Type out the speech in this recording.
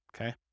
Okay